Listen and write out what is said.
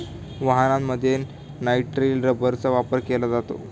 वाहनांमध्ये नायट्रिल रबरचा वापर केला जातो